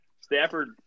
Stafford